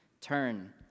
turn